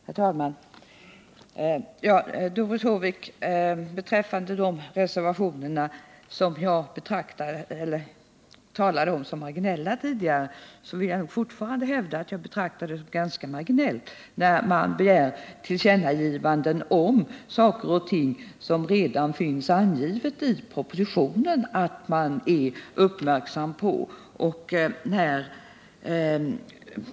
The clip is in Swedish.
Herr talman! Till Doris Håvik: Beträffande de reservationer jag talade om som marginella, så vill jag fortfarande hävda att det är ganska marginellt när man begär tillkännagivanden om saker och ting som det redan finns angivet i propositionen att regeringen är uppmärksam på.